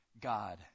God